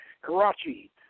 karachi